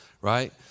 Right